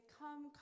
come